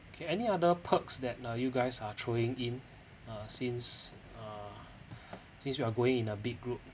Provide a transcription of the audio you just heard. okay any other perks that uh you guys are throwing in uh since uh since we are going in a big group